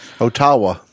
Ottawa